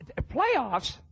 Playoffs